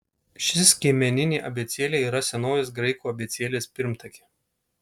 ši skiemeninė abėcėlė yra senovės graikų abėcėlės pirmtakė